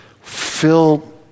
fill